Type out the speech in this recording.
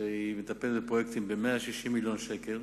שמטפלת בפרויקטים בהיקף של 160 מיליון שקל.